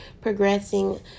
progressing